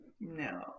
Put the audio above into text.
No